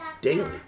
Daily